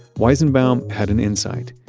weizenbaum had an insight.